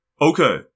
Okay